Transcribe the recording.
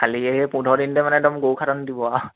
খালি সেই পোন্ধৰ দিনতে মানে একদম গৰু খাটন দিব আৰু